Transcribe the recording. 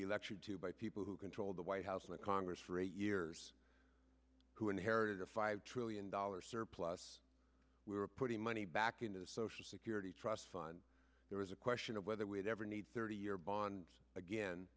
be lectured to by people who control the white house and congress for eight years who inherited a five trillion dollars surplus we were putting money back into the social security trust fund there was a question of whether we'd ever need thirty year bonds again